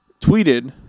tweeted